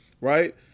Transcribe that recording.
Right